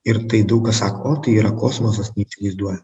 ir tai daug kas sako o tai yra kosmosas neįsivaizduoju